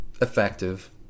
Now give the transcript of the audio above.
effective